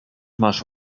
masz